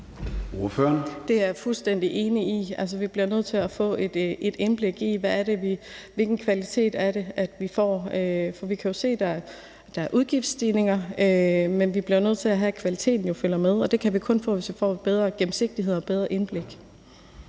Det er jeg fuldstændig enig i, altså vi bliver nødt til at få et indblik i, hvilken kvalitet vi får. Vi kan se, at der er udgiftsstigninger, men vi bliver jo nødt til at sørge for, at kvaliteten følger med, og det kan vi kun gøre, hvis vi får mere gennemsigtighed og et bedre indblik.